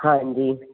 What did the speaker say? ਹਾਂਜੀ